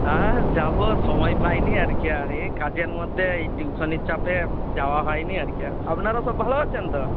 আর যাব সময় পাইনি আর কি আর এই কাজের মধ্যে এই টিউশানের চাপে যাওয়া হয়নি আর কি আপনারা সব ভালো আছেন তো